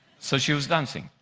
so she was dancing.